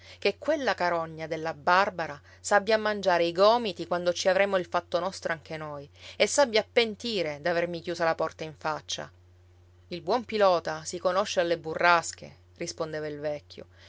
che quella carogna della barbara s'abbia a mangiare i gomiti quando ci avremo il fatto nostro anche noi e s'abbia a pentire d'avermi chiusa la porta in faccia il buon pilota si conosce alle burrasche rispondeva il vecchio